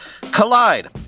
Collide